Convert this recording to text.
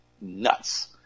nuts